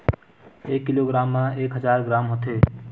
एक किलोग्राम मा एक हजार ग्राम होथे